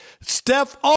Steph